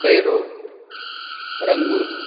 Cairo Rangoon